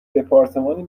دپارتمانی